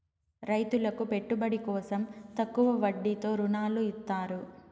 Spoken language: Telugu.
రైతులకు పెట్టుబడి కోసం తక్కువ వడ్డీతో ఋణాలు ఇత్తారు